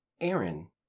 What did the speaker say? Aaron